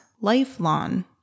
lifelong